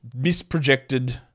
misprojected